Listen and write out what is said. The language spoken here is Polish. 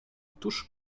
tuż